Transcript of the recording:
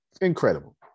incredible